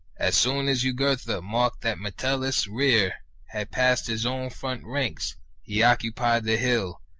as soon as jugurtha marked that metellus' rear had passed his own front ranks he occupied the hill,